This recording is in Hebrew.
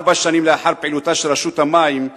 ארבע שנים לאחר פעילותה של רשות המים,